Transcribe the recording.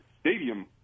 Stadium